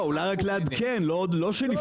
אולי רק לעדכן, לא שנפטור.